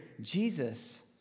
Jesus